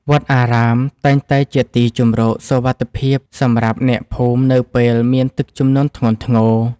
វត្តអារាមតែងតែជាទីជម្រកសុវត្ថិភាពសម្រាប់អ្នកភូមិនៅពេលមានទឹកជំនន់ធ្ងន់ធ្ងរ។